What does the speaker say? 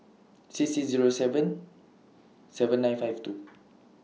six six Zero seven seven nine five two